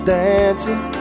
dancing